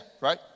right